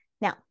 Now